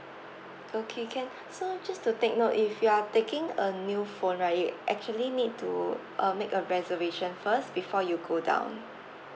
okay can so just to take note if you are taking a new phone right you actually need to uh make a reservation first before you go down